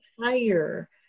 higher